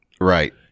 Right